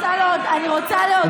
אל תפריע לי.